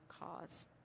cause